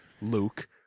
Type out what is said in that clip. Luke